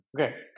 okay